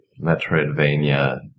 Metroidvania